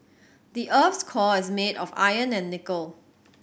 the earth's core is made of iron and nickel